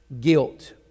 guilt